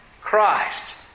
Christ